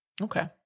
Okay